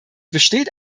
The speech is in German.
besteht